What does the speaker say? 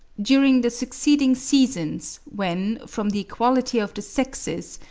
during the succeeding seasons, when, from the equality of the sexes,